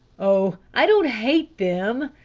oh, i don't hate them,